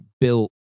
built